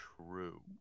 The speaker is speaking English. true